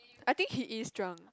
I think he is drunk